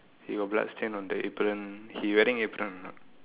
he got blood stain on the apron he wearing apron or not